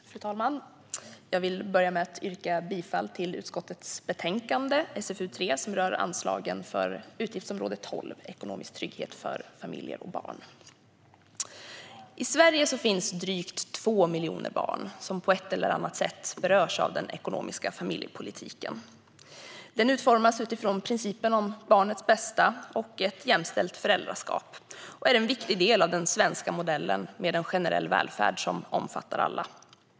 Fru talman! Jag vill börja med att yrka bifall till förslaget i utskottets betänkande SfU3, som rör anslagen för utgiftsområde 12 Ekonomisk trygghet för familjer och barn. I Sverige finns drygt 2 miljoner barn som på ett eller annat sätt berörs av den ekonomiska familjepolitiken. Den utformas utifrån principen om barnets bästa och ett jämställt föräldraskap och är en viktig del av den svenska modellen med en generell välfärd som omfattar alla.